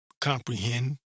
comprehend